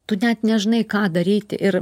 tu net nežinai ką daryti ir